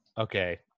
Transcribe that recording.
okay